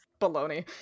baloney